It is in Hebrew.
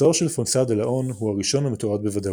מסעו של פונסה דה לאון הוא הראשון המתועד בוודאות.